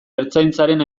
ertzaintzaren